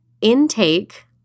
Intake